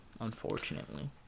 unfortunately